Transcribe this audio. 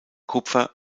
kupfer